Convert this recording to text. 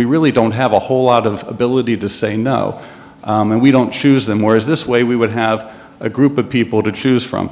we really don't have a whole lot of ability to say no we don't choose them or is this way we would have a group of people to choose from